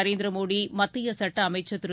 நரேந்திர மோடி மத்திய சுட்ட அமைச்சர் திரு